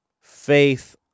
Faith